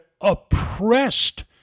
oppressed